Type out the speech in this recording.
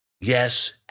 Yes